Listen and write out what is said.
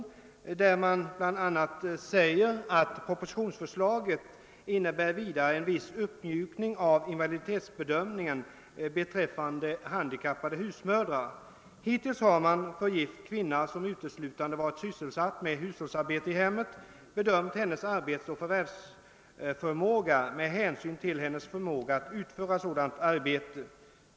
I utlåtandet skriver man härom: »Propositionsförslaget innebär vidare en viss uppmjukning av invaliditetsbedömningen beträffande handikappade husmödrar. Hittills har man för gift kvinna som utelsutande varit sysselsatt med hushållsarbete i hemmet bedömt hennes arbetsoch förvärvsförmåga med hänsyn till hennes förmåga att ut föra sådant arbete.